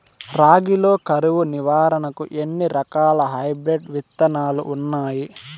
రాగి లో కరువు నివారణకు ఎన్ని రకాల హైబ్రిడ్ విత్తనాలు ఉన్నాయి